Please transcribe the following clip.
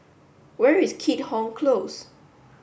where is Keat Hong Close